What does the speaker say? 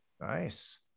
Nice